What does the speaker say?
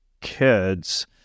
kids